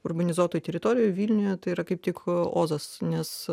urbanizuotoje teritorijoje vilniuje tai yra kaip tik ozas nes